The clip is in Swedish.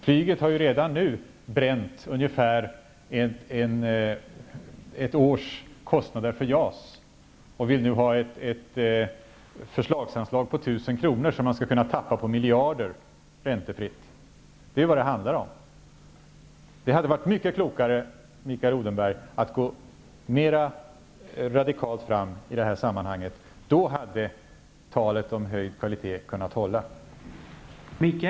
Flyget har redan nu bränt ungefär ett års kostnader för JAS och vill nu ha ett förslagsanslag på 1 000 kr., som man skall kunna tappa på miljarder räntefritt. Det är vad det handlar om. Det hade varit mycket klokare, Mikael Odenberg, att gå mera radikalt fram i det här sammanhanget. Då hade talet om höjd kvalitet kunnat hålla.